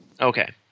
Okay